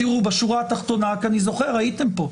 תראו, בשורה התחתונה, כי אני זוכר, הייתם פה.